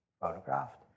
photographed